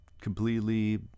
completely